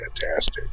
fantastic